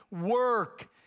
work